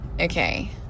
Okay